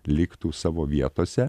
liktų savo vietose